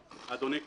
אבל הוא מת.